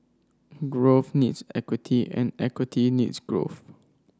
growth needs equity and equity needs growth